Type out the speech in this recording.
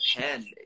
hand